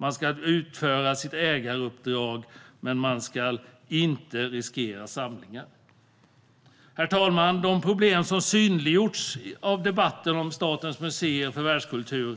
Man ska utföra sitt ägaruppdrag, men man ska inte riskera samlingar. Herr talman! De problem som synliggjorts av debatten om Statens museer för världskultur